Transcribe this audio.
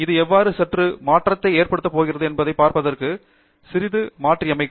இது எவ்வாறு சற்று மாற்றத்தை ஏற்படுத்தப் போகிறது என்பதைப் பார்ப்பதற்கு சிறிது மாற்றியமைக்கும்